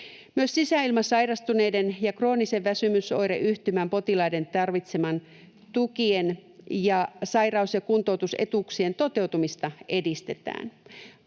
Myös sisäilmasairastuneiden ja kroonisen väsymysoireyhtymän potilaiden tarvitsemien tukien ja sairaus‑ ja kuntoutusetuuksien toteutumista edistetään.